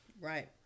Right